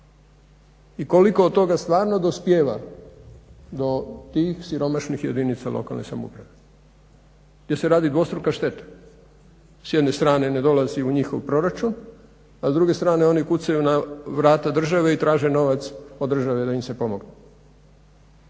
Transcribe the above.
i koliko od toga stvarno dospijeva do tih siromašnih jedinica lokalne samouprave gdje se radi dvostruka šteta. S jedne strane ne dolazi u njihov proračun, a s druge strane oni kucaju na vrata države i traže novac od države da im se pomogne.